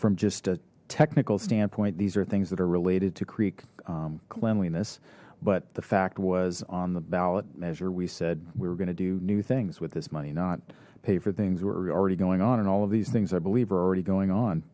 from just a technical standpoint these are things that are related to creek cleanliness but the fact was on the ballot measure we said we were going to do new things with this money not pay for things we're already going on and all of these things i believe are already going on